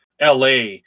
LA